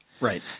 Right